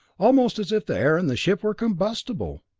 almost as if the air in the ship were combustible.